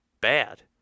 bad